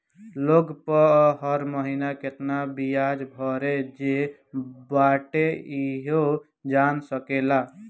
loan पअ हर महिना केतना बियाज भरे जे बाटे इहो जान सकेला